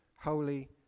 holy